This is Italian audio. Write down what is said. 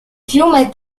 fiume